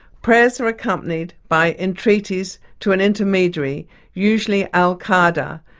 prayers are accompanied by entreaties to an intermediary usually al-khader,